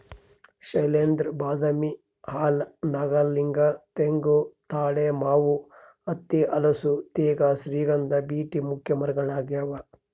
ಶೈಲೇಂದ್ರ ಬಾದಾಮಿ ಆಲ ನಾಗಲಿಂಗ ತೆಂಗು ತಾಳೆ ಮಾವು ಹತ್ತಿ ಹಲಸು ತೇಗ ಶ್ರೀಗಂಧ ಬೀಟೆ ಮುಖ್ಯ ಮರಗಳಾಗ್ಯಾವ